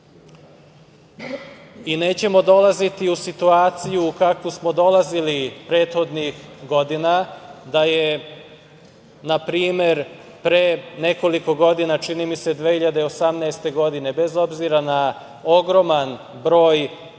i nećemo dolaziti u situaciju kakvu smo dolazili prethodnih godina, da je npr. pre nekoliko godina, čini mi se 2018. godine, bezobzira na ogroman broj